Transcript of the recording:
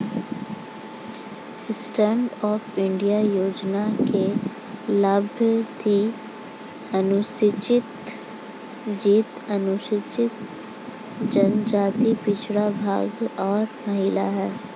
stand up India योजना के लाभार्थी अनुसूचित जाति, अनुसूचित जनजाति, पिछड़ा वर्ग और महिला है